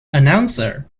announcer